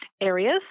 areas